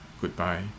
Goodbye